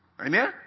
Amen